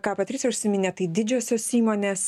ką patricija užsiminė tai didžiosios įmonės